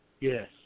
Yes